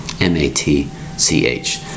m-a-t-c-h